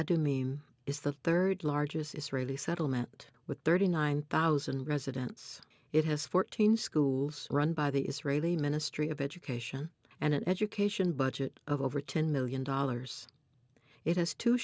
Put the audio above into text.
i do mean is the third largest israeli settlement with thirty nine thousand residents it has fourteen schools run by the israeli ministry of education and an education budget of over ten million dollars it has t